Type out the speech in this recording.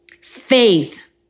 Faith